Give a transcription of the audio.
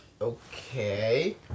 Okay